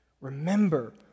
Remember